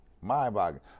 mind-boggling